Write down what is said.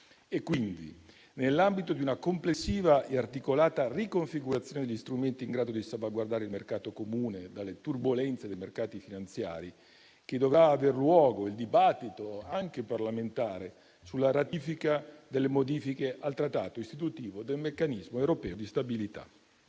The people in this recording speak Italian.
È quindi nell'ambito di una complessiva e articolata riconfigurazione degli strumenti in grado di salvaguardare il mercato comune dalle turbolenze dei mercati finanziari che dovrà aver luogo il dibattito, anche parlamentare, sulla ratifica delle modifiche al trattato istitutivo del Meccanismo europeo di stabilità.